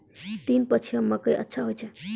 तीन पछिया मकई अच्छा होय छै?